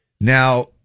Now